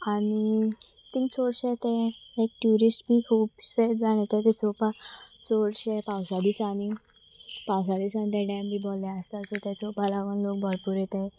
आनी तींग चडशें ते लायक ट्युरिस्ट बी खुबशे जाण येताय ते चोवपा चडशे पावसा दिसांनी पावसा दिसान ते डॅम बी भरल्ले आसता अशे ते चोवपा लागून लोक भरपूर येताय